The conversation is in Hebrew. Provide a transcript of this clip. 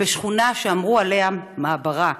/ בשכונה שאמרו עליה מעברה.